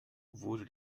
wurde